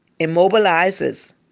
immobilizes